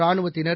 ரானுவத்தினர்